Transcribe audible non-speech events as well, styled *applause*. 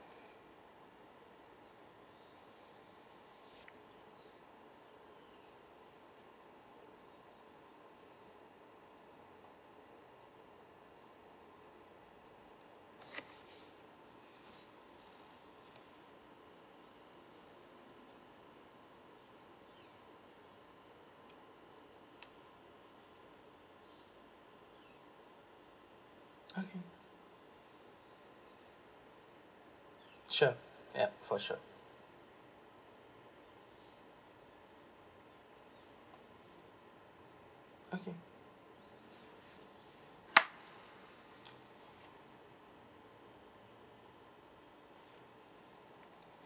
okay sure yup for sure okay *noise*